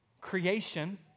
creation